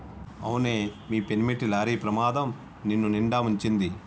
అవునే మీ పెనిమిటి లారీ ప్రమాదం నిన్నునిండా ముంచింది